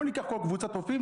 בואו ניקח כל קבוצת רופאים,